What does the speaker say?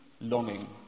longing